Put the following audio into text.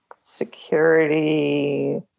security